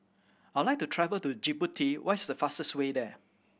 I like to travel to Djibouti what is the fastest way there